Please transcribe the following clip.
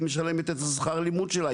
היא משלמת את השכר לימוד שלה,